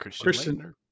Christian